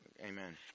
Amen